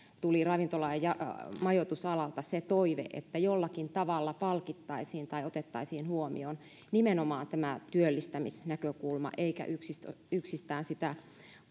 tuli ravintola ja majoitusalalta se toive että jollakin tavalla palkittaisiin tai otettaisiin huomioon nimenomaan tämä työllistämisnäkökulma eikä yksistään yksistään sitä